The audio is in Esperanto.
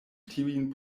tiujn